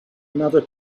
another